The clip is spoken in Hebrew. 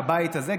בבית הזה,